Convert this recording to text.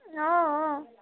অঁ অঁ